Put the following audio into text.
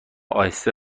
اهسته